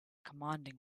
commanding